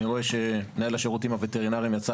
אני רואה שמנהל השירותים הווטרינרים יצא.